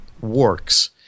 works